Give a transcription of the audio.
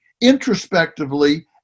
introspectively